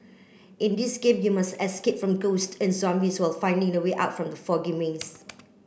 in this game you must escape from ghost and zombies while finding the way out from the foggy maze